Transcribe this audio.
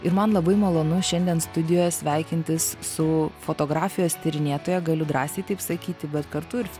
ir man labai malonu šiandien studijoje sveikintis su fotografijos tyrinėtoja galiu drąsiai taip sakyti bet kartu ir